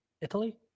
Italy